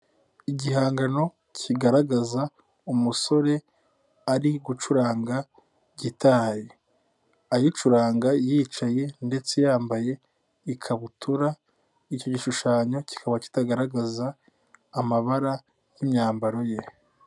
Igihangano kigaragaza umusore ari gucuranga gitari, ayicuranga yicaye ndetse yambaye ikabutura, icyo gishushanyo kikaba kitagaragaza amabara y'imyambaro ye.